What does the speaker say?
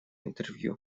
интервью